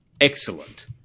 excellent